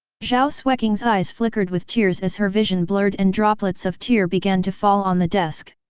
zhao xueqing's eyes flickered with tears as her vision blurred and droplets of tear began to fall on the desk.